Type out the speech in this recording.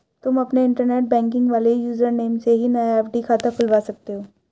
तुम अपने internet banking वाले यूज़र नेम से ही नया एफ.डी खाता खुलवा सकते हो